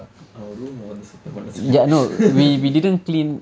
அவன்:avan room eh வந்து சுத்தம் பண்ண சொல்லு:vandthu suththam panna sollu